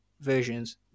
versions